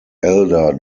elder